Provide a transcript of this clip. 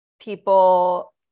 people